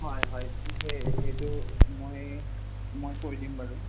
হয় হয় সেইটো মই মই কৰি দিম বাৰু